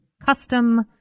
custom